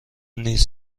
نیز